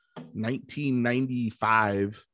1995